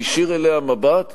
להישיר אליה מבט,